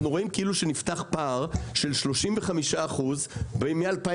רואים כאילו נפתח פער של 35% מ-2007,